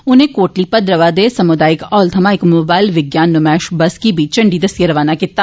उनें कोटली मद्रवाह दे समुदायिक हाल थमां इक मोबाईल विज्ञान नमैश बस गी बी इांडी दस्सियै रवाना कीता